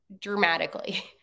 dramatically